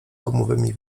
gumowymi